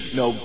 no